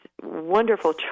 wonderful